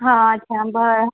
हां अच्छा बरं